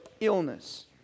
illness